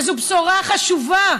וזה בשורה חשובה,